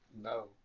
no